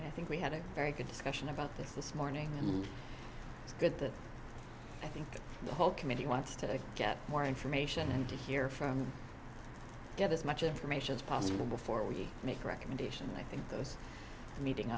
i think we had a very good discussion about this this morning and good that i think the whole committee wants to get more information and to hear from him get as much information as possible before we make recommendations and i think this meeting